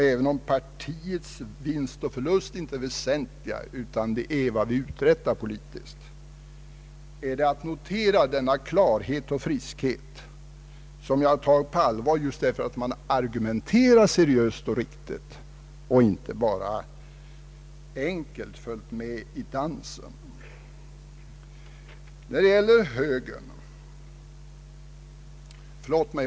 Även om partiernas vinst och förlust inte är det väsentliga, utan det viktigaste är vad vi uträttar, är det värt att notera denna klarhet och friskhet, som jag har tagit på allvar just därför att centerpartisterna har argumenterat seriöst och riktigt och inte bara helt enkelt följt med i dansen.